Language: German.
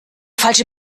falsche